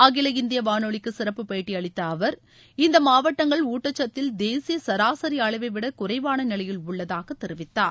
அகில இந்திய வானொலிக்கு சிறப்பு பேட்டியளித்த அவர் இந்த மாவட்டங்கள் ஊட்டச்சத்தில் தேசிய சராசரி அளவைவிட குறைவான நிலையில் உள்ளதாக தெரிவித்தார்